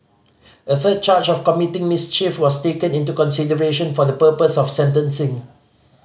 a third charge of committing mischief was taken into consideration for the purpose of sentencing